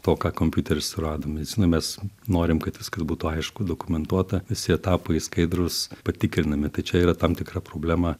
to ką kompiuteris surado medicinoj mes norim kad viskas būtų aišku dokumentuota visi etapai skaidrūs patikrinami tai čia yra tam tikra problema